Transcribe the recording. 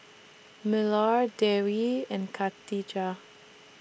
Melur Dewi and Khatijah